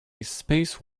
space